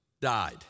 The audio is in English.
died